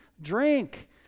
drink